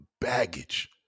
baggage